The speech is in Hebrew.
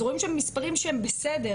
אז רואים שם מספרים שהם בסדר.